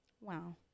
Wow